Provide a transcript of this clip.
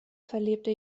verlebte